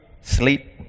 sleep